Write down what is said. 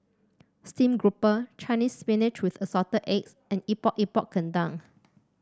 stream grouper Chinese Spinach with Assorted Eggs and Epok Epok Kentang